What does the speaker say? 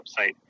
website